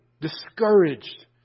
discouraged